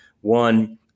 One